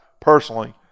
personally